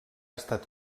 estat